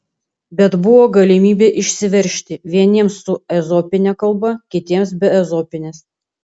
bet buvo galimybė išsiveržti vieniems su ezopine kalba kitiems be ezopinės